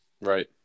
Right